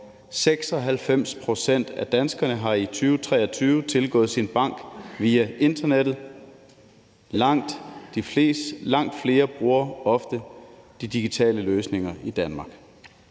96 pct. af danskerne har i 2023 tilgået deres bank via internettet. Langt flere bruger ofte de digitale løsninger i Danmark.